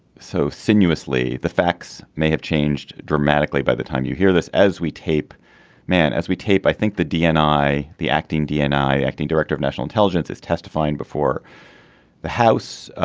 so sinuous lee. the facts may have changed dramatically by the time you hear this. as we tape man as we tape i think the dni the acting dni acting director of national intelligence is testifying before the house.